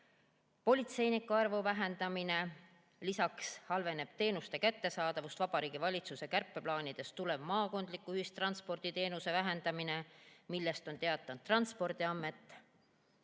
politseinike arv väheneb, lisaks halvendab teenuste kättesaadavust Vabariigi Valitsuse kärpeplaanidest tulenev maakondliku ühistransporditeenuse vähendamine, millest on teatanud Transpordiamet.